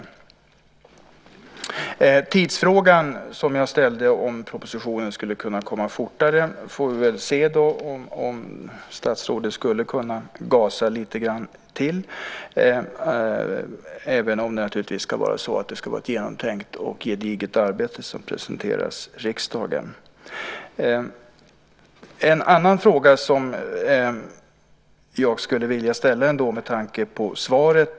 När det gäller tidsfrågan som jag ställde, om propositionen skulle kunna komma fortare, får vi väl se om statsrådet skulle kunna gasa lite till. Men det ska naturligtvis vara ett genomtänkt och gediget arbete som presenteras för riksdagen. Jag skulle vilja ställa en annan fråga med tanke på svaret.